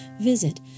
visit